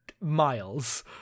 miles